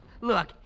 Look